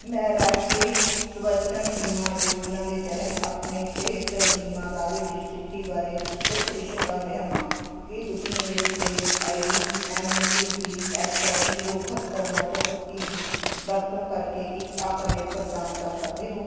ਮੈਂ ਰਾਸ਼ਟਰੀ ਸਵਾਸਥਯ ਬੀਮਾ ਯੋਜਨਾ ਦੇ ਤਹਿਤ ਆਪਣੇ ਸਿਹਤ ਬੀਮਾ ਦਾਅਵੇ ਦੀ ਸਥਿਤੀ ਬਾਰੇ ਪੁੱਛ ਗਿੱਛ ਕਰ ਰਿਹਾ ਹਾਂ ਕੀ ਤੁਸੀਂ ਮੇਰੇ claim I D M C P F zero ਕਹੱਤਰ ਨੌਂ ਸੌ ਇਕੱਤੀ ਦੀ ਵਰਤੋਂ ਕਰਕੇ ਇੱਕ ਅਪਡੇਟ ਪ੍ਰਦਾਨ ਕਰ ਸਕਦੇ ਹੋ